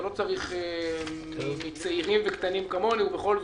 אתה לא צריך מצעירים וקטנים כמוני ובכל זאת,